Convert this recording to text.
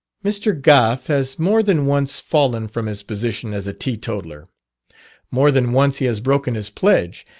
mr. gough has more than once fallen from his position as a teetotaler more than once he has broken his pledge,